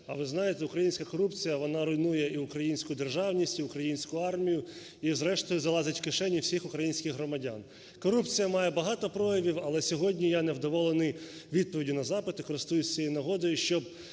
А ви знаєте, українська корупція вона руйнує і українську державність, і українську армію, і, зрештою, залазить в кишеню всіх українських громадян. Корупція має багато проявів, але сьогодні я не вдоволений відповіддю на запити. Користуюсь цією нагодою,